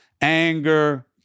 anger